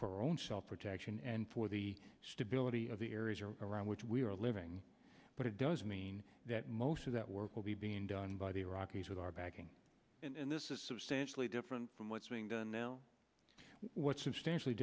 for our own self protection and for the stability of the area around which we are living but it does mean that most of that work will be being done by the iraqis with our backing and this is substantially different from what's being done now what substantially